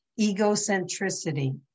egocentricity